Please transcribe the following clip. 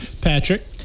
Patrick